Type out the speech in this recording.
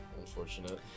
unfortunate